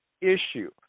issue